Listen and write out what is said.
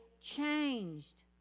changed